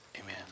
amen